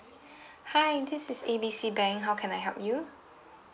hi this is A B C bank how can I help you